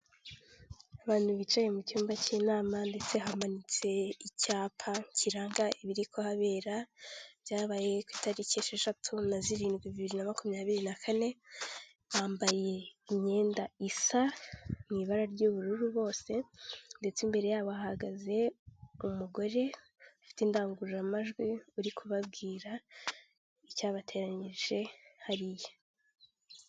Abantu bicaye mu cyumba cy'inama ndetse hamanitse icyapa kiranga ibiri kuhabera, byabaye ku itariki esheshatu na zirindwi bibiri na makumyabiri na kane, bambaye imyenda isa mu ibara ry'ubururu bose ndetse imbere yabo hahagaze umugore afite indangururamajwi uri kubabwira icyabateranyije hariya.